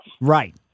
Right